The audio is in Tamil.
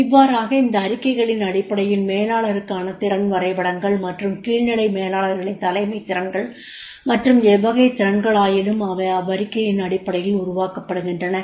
இவ்வாறாக இந்த அறிக்கைகளின் அடிப்படையில் மேலாளருக்கான திறன் வரைபடங்கள் மற்றும் கீழ்நிலை மேலாளர்களின் தலைமைத் திறன்கள் மற்றும் எவ்வகைத் திறன்களாயினும் அவை அவ்வறிக்கையின் அடிப்படையில் உருவாக்கப்படுகின்றன